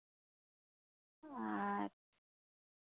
ᱟᱨ